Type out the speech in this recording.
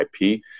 IP